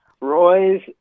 Roy's